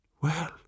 Well